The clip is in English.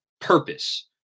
purpose